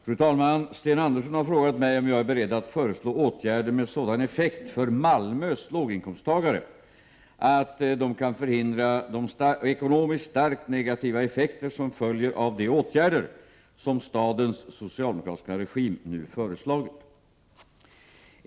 Fru talman! Sten Andersson i Malmö har frågat mig om jag är beredd att föreslå åtgärder med sådan effekt för Malmös låginkomsttagare att de kan förhindra de ekonomiskt starkt negativa effekter som följer av de åtgärder som stadens socialdemokratiska regim nu föreslagit?